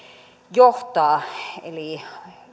johtaa eli